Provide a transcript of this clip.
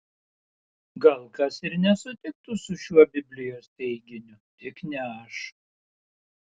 gal kas ir nesutiktų su šiuo biblijos teiginiu tik ne aš